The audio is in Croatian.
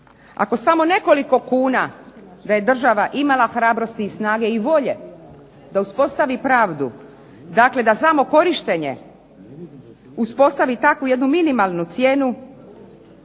Ako samo nekoliko kuna, da je država imala hrabrosti, snage i volje da uspostavi pravdu, dakle da samo korištenje uspostavi takvu jednu minimalnu cijenu